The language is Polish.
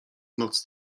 noc